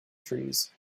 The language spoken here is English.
trees